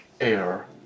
air